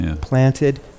planted